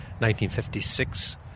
1956